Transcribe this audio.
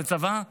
זה צבא?